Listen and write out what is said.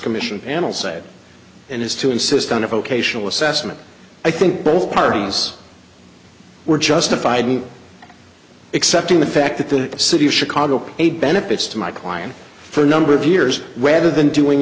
commission panel said and is to insist on a vocational assessment i think both parties were justified except in the fact that the city of chicago paid benefits to my client for a number of years whether than doing